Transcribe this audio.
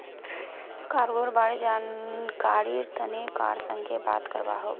cargo बारे जानकरीर तने कार संगे बात करवा हबे